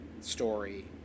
story